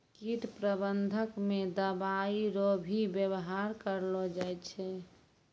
कीट प्रबंधक मे दवाइ रो भी वेवहार करलो जाय छै